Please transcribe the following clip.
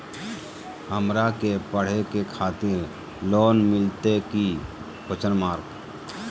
हमरा के पढ़े के खातिर लोन मिलते की?